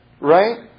right